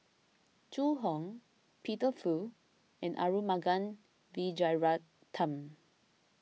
Zhu Hong Peter Fu and Arumugam Vijiaratnam